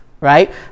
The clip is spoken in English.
right